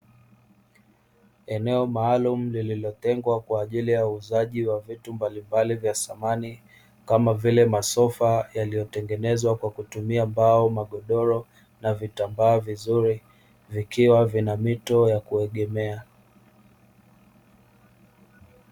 Eneo maalumu lililotengwa kwa ajili ya uuzaji vitu mbalimbali samani, kama vile masofa yaliyotengenezwa kwa kutumia mbao, magodoro na vitambaa vizuri vikiwa vina mito ya kuegemea.